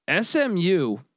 SMU